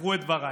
זכרו את דבריי: